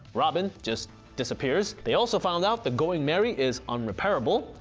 robin just disappears, they also found out the going merry is unrepaireable,